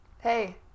Hey